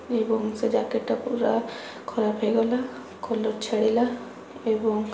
ଏବଂ ସେ ଜ୍ୟାକେଟ୍ଟା ପୁରା ଖରାପ ହେଇଗଲା କଲର୍ ଛାଡ଼ିଲା ଏବଂ